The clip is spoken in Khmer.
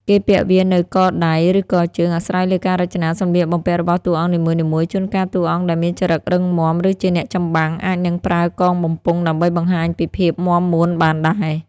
គេពាក់វានៅកដៃ ឬកជើង អាស្រ័យលើការរចនាសម្លៀកបំពាក់របស់តួអង្គនីមួយៗ ជួនកាលតួអង្គដែលមានចរិតរឹងមាំ ឬជាអ្នកចម្បាំង អាចនឹងប្រើកងបំពង់ដើម្បីបង្ហាញពីភាពមាំមួនបានដែរ។